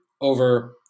over